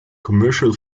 commercial